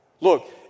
look